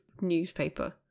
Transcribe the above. newspaper